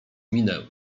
minę